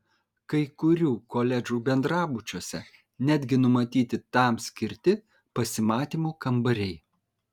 kai kurių koledžų bendrabučiuose netgi numatyti tam skirti pasimatymų kambariai